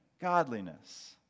godliness